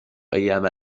أيام